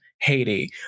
Haiti